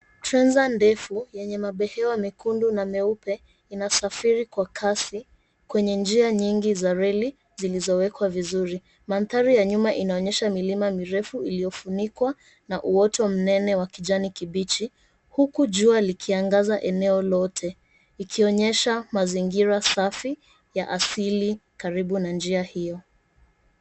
Trenza ndefu yenye mabehewa mekundu na meupe, inasafiri kwa kasi kwenye njia nyingi za reli zilizowekwa vizuri. Mandhari ya nyuma inaonyesha milima mirefu iliyofunikwa na uoto mnene wa kijani kibichi. Huku jua likiangaza eneo lote ikionyesha mazingira safi ya asili karibu na njia hiyo.